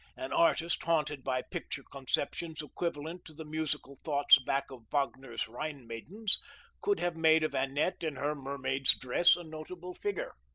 an artist haunted by picture-conceptions equivalent to the musical thoughts back of wagner's rhine-maidens could have made of annette, in her mermaid's dress, a notable figure.